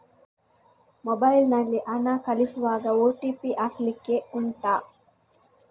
mobile ನಲ್ಲಿ ಹಣ ಕಳಿಸುವಾಗ ಓ.ಟಿ.ಪಿ ಹಾಕ್ಲಿಕ್ಕೆ ಉಂಟಾ